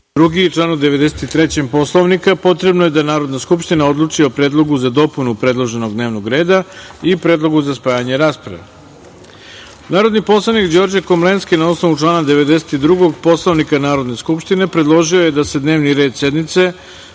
2. i članu 93. Poslovnika, potrebno je da Narodna skupština odlučio o predlogu za dopunu predloženog dnevnog reda i predlogu za spajanje rasprave. Narodni poslanik Đorđe Komlenski, na osnovu člana 92. Poslovnika Narodne skupštine, predložio je da se dnevni red sednice